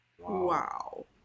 Wow